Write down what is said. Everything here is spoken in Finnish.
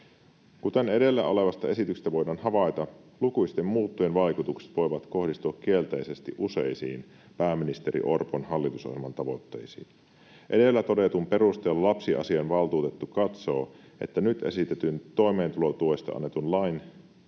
”Kuten edellä olevasta esityksestä voidaan havaita, lukuisten muuttojen vaikutukset voivat kohdistua kielteisesti useisiin pääministeri Orpon hallitusohjelman tavoitteisiin. Edellä todetun perusteella lapsiasiainvaltuutettu katsoo, että nyt esitetyn toimeentulotuesta annetun lain